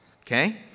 okay